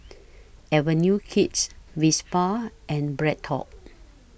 Avenue Kids Vespa and BreadTalk